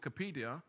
Wikipedia